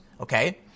Okay